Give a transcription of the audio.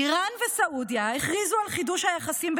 איראן וסעודיה הכריזו על חידוש היחסים,